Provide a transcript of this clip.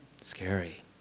scary